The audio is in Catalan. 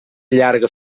llarga